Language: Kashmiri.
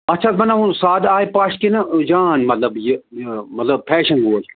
اَتھ چھِ حظ بناوُن سادٕ آیہِ پَش کِنہٕ جان مطلب یہِ یہِ مطلب فیشَن وول